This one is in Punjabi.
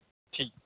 ਠੀਕ